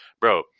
bro